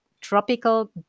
tropical